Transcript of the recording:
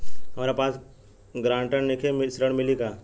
हमरा पास ग्रांटर नईखे ऋण मिली का?